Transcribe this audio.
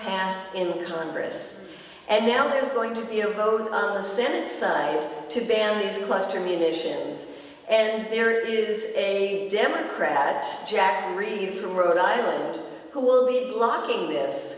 passed in congress and now there's going to be a vote on the senate side to ban cluster munitions and there is a democrat jack reed from rhode island who will lead blocking this